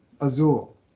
Azul